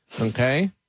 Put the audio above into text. Okay